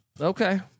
Okay